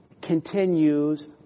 continues